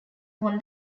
won